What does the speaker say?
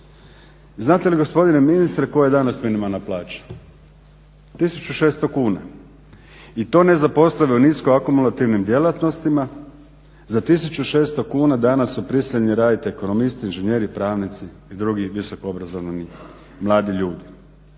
Znate li gospodine ministre koja je danas minimalna plaća? 1600 kuna i to … nisko akumulativnim djelatnostima za 1600 kuna danas su prisiljeni raditi ekonomisti, inženjeri, pravnici i drugi visoko obrazovani mladi ljudi.